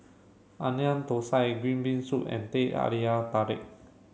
Onion Thosai Green Bean Soup and Teh Halia Tarik